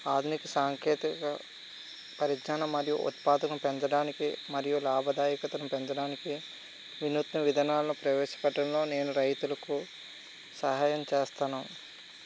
ఆధునిక సాంకేతికత పరిజ్ఞానం మరియు ఉత్పాదకం పెంచడానికి మరియు లాభదాయకతను పెంచడానికి వినూత్న విధానాలను ప్రవేశపెట్టడంలో నేను రైతులకు సహాయం చేస్తాను